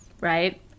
Right